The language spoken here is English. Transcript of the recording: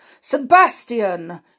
Sebastian